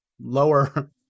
lower